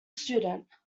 student